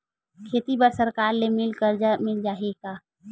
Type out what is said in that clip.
खेती बर सरकार ले मिल कर्जा मिल जाहि का?